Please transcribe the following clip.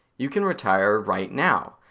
you can retire right now,